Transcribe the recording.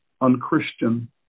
unchristian